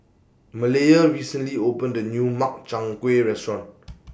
Malaya recently opened A New Makchang Gui Restaurant